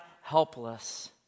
helpless